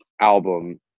album